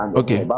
okay